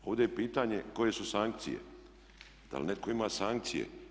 Ovdje je pitanje koje su sankcije, da li netko ima sankcije?